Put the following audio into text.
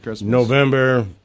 November